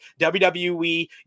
WWE